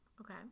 Okay